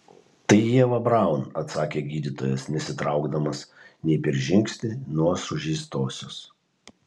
tai ieva braun atsakė gydytojas nesitraukdamas nei per žingsnį nuo sužeistosios